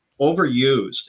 overused